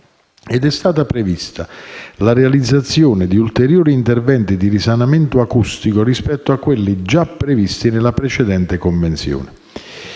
Ed è stata prevista la realizzazione di ulteriori interventi di risanamento acustico rispetto a quelli già previsti nella precedente convenzione.